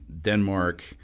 Denmark